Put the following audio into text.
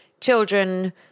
children